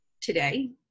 today